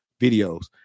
videos